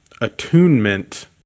attunement